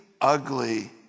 ugly